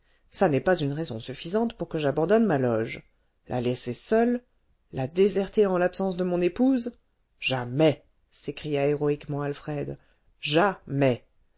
ça n'est pas une raison suffisante pour que j'abandonne ma loge la laisser seule la déserter en l'absence de mon épouse jamais s'écria héroïquement alfred jamais